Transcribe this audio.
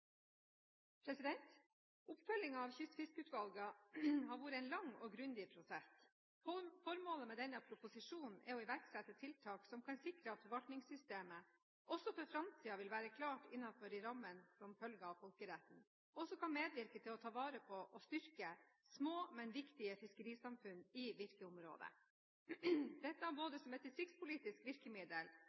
kan sikre at forvaltningssystemet også for framtiden vil være klart innenfor de rammene som følger av folkeretten, og som kan medvirke til å ta vare på og styrke små, men viktige, fiskerisamfunn i virkeområdet – dette både som et distriktspolitisk virkemiddel